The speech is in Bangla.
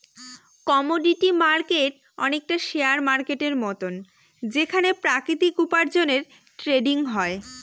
কমোডিটি মার্কেট অনেকটা শেয়ার মার্কেটের মতন যেখানে প্রাকৃতিক উপার্জনের ট্রেডিং হয়